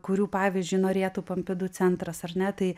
kurių pavyzdžiui norėtų pompidu centras ar ne tai